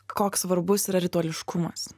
koks svarbus yra rituališkumas